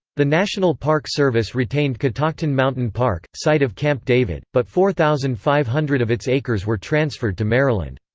the national park service retained catoctin mountain park, site of camp david, but four thousand five hundred of its acres were transferred to maryland.